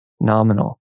nominal